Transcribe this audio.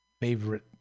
favorite